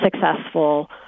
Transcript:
successful